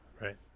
right